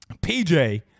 PJ